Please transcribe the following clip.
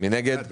מי נגד?